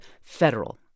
federal